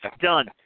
Done